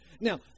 Now